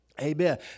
amen